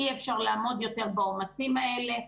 אי אפשר לעמוד יותר בעומסים האלה.